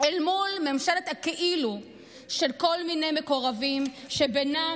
אל מול ממשלת הכאילו של כל מיני מקורבים שבינם